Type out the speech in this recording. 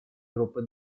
группы